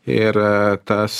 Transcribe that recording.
ir tas